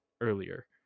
earlier